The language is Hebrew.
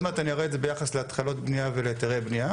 עוד מעט אני אראה את זה ביחס להתחלות בנייה ולהיתרי בנייה,